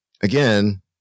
again